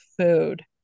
food